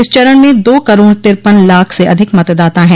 इस चरण में दो करोड़ तिरपन लाख से अधिक मतदाता हैं